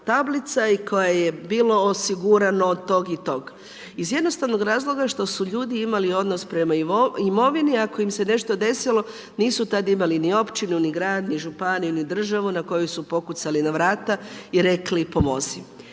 tablica i koja je bilo osigurano tog i tog. Iz jednostavnog razloga što su ljudi imali odnos prema imovini a ako im se nešto desilo, nisu tada imali ni općinu ni grad ni županiju ni državu na koju su pokucali na vrata i rekli pomozi.